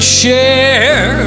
share